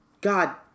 God